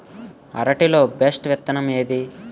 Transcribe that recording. అరటి లో బెస్టు విత్తనం ఏది?